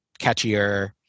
catchier